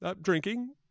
drinking